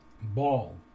Ball